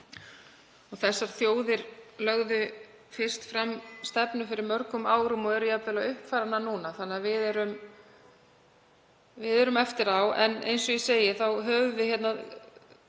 Þessar þjóðir lögðu fyrst fram stefnu fyrir mörgum árum og eru jafnvel að uppfæra hana núna, þannig að við erum eftir á. En eins og ég segi höfum við gullið